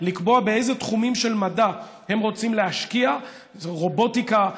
לקבוע באילו תחומים של מדע הן רוצות להשקיע: רובוטיקה,